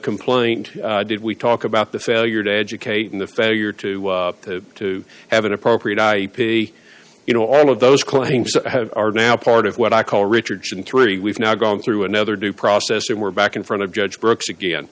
complaint did we talk about the failure to educate in the failure to to have an appropriate i p you know all of those claims are now part of what i call richardson three we've now gone through another due process and we're back in front of judge brooks again